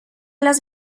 las